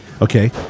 okay